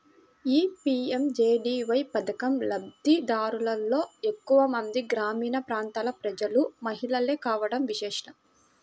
ఈ పీ.ఎం.జే.డీ.వై పథకం లబ్ది దారులలో ఎక్కువ మంది గ్రామీణ ప్రాంతాల ప్రజలు, మహిళలే కావడం విశేషం